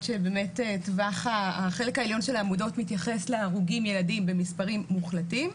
שבאמת החלק העליון של העמודות מתייחס להרוגים ילדים במספרים מוחלטים,